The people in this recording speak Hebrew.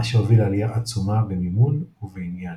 מה שהוביל לעלייה עצומה במימון ובעניין.